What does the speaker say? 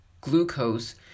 glucose